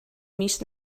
mis